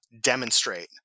demonstrate